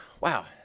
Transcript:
wow